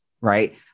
right